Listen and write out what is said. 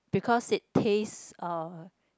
because it taste uh